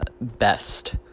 best